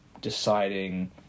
deciding